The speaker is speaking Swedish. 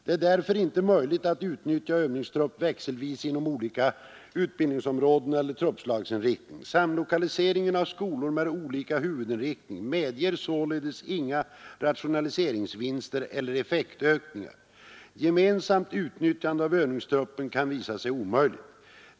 Det är därför inte möjligt att utnyttja övningstrupp växelvis inom olika utbildningsområden eller truppslagsinriktning. Samlokalisering av skolor med olika huvudinriktning medger således inga rationaliseringsvinster eller effektökningar. Gemensamt utnyttjande av övningstruppen kan visa sig omöjligt.